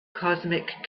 cosmic